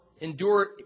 endure